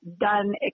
done